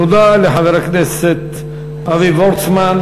תודה לחבר הכנסת אבי וורצמן.